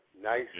Nice